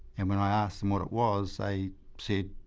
and when i asked them what it was they said,